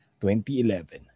2011